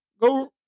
Go